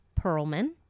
Perlman